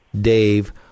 Dave